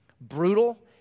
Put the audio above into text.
Brutal